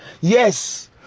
Yes